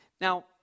Now